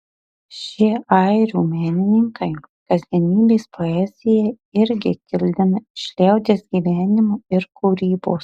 šie airių menininkai kasdienybės poeziją irgi kildina iš liaudies gyvenimo ir kūrybos